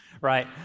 right